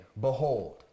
Behold